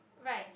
right